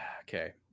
Okay